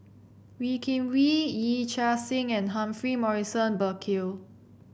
Wee Kim Wee Yee Chia Hsing and Humphrey Morrison Burkill